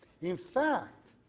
in fact,